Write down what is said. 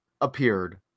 appeared